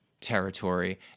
territory